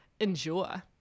endure